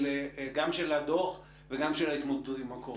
גם של הדוח וגם של ההתמודדות עם הקורונה.